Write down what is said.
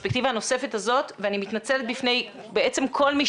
שוב התנצלותי בפני כל מי